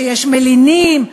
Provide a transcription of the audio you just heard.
שיש מלינים.